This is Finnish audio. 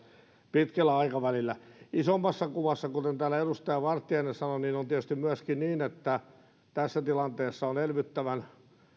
pitkällä aikavälillä isommassa kuvassa kuten täällä edustaja vartiainen sanoi on tietysti myöskin niin että tässä tilanteessa on elvyttävän